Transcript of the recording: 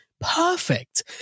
Perfect